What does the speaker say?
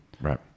right